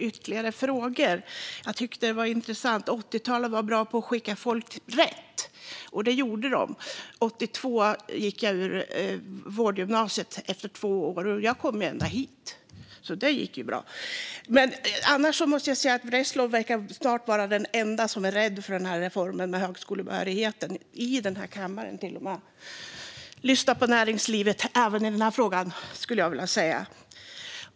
Fru talman! Jag tackar för ytterligare frågor. Det var intressant att höra att de på 80-talet var bra på att skicka folk rätt. Det var de - jag gick ut vårdgymnasiet efter två år 82 och har kommit ända hit, så det gick ju bra. Annars måste jag säga att det verkar som om Reslow snart är den ende i den här kammaren som är rädd för den här reformen av högskolebehörigheten. Lyssna på näringslivet även i den här frågan, skulle jag säga.